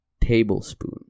tablespoon